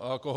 alkoholu.